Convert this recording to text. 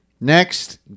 Next